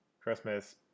Christmas